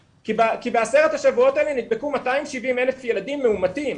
בעשרת השבועות האלה נדבקו 270,000 ילדים מאומתים.